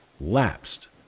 lapsed